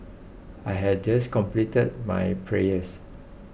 I had just completed my prayers